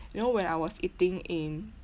you know when I was eating in